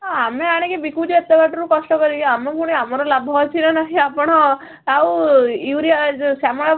ଆମେ ଆଣିକି ବିକୁଛେ ଏତେ ବାଟରୁ କଷ୍ଟ କରିକି ଆମ ପୁଣି ଆମର ଲାଭ ଅଛି ନା ନାହିଁ ଆପଣ ଆଉ ୟୁରିଆ ଏ ଯେଉଁ ଶ୍ୟାମଳ